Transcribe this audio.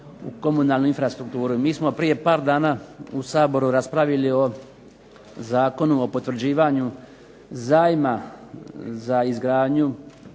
u komunalnu infrastrukturu, i mi smo prije par dana u Saboru raspravili o Zakonu o potvrđivanju zajma za izgradnju